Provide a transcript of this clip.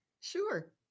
Sure